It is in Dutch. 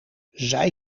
zij